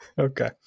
okay